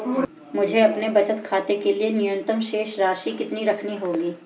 मुझे अपने बचत खाते के लिए न्यूनतम शेष राशि कितनी रखनी होगी?